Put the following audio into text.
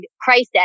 crisis